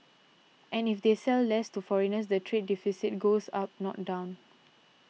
and if they sell less to foreigners the trade deficit goes up not down